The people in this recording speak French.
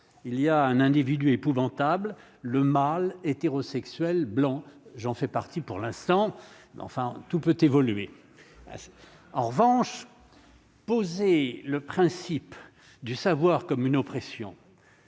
il y a un individu épouvantable, le mâle hétérosexuel blanc, j'en fais partie, pour l'instant, mais enfin, tout peut évoluer en revanche poser le principe du savoir comme une oppression